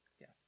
yes